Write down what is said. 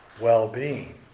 well-being